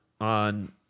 on